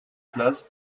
classes